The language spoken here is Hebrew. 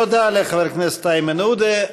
תודה לחבר הכנסת איימן עודה.